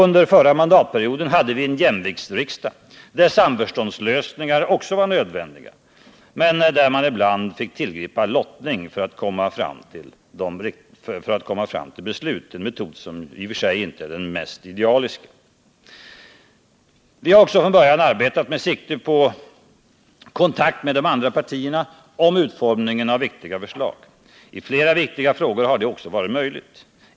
Under förra mandattiden hade vi en jämviktsriksdag, där samförståndslösningar också var nödvändiga men där man ibland fick tillgripa lottning för att komma fram till beslut, en metod som i och för sig inte är den mest idealiska. Vi har också från början arbetat med sikte på kontakt med de andra partierna om utformningen av viktiga förslag. I flera viktiga frågor har det också varit möjligt.